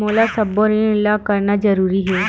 मोला सबो ऋण ला करना जरूरी हे?